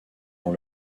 dans